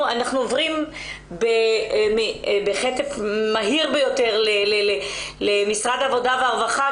אנחנו עוברים בקצב מהיר ביותר למשרד העבודה והרווחה,